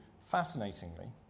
fascinatingly